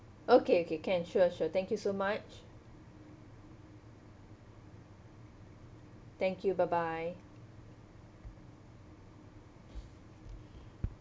okay okay can sure sure thank you so much thank you bye bye